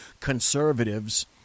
conservatives